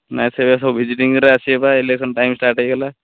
ନା ସେ ସବୁ ଭିଜିଟିଂରେ ଆସିବେ ବା ଇଲେକ୍ସନ୍ଟା ଟାଇମ୍ ଷ୍ଟାର୍ଟ ହୋଇଗଲା